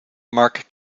mark